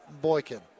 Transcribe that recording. Boykin